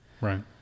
Right